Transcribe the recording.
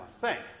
thanks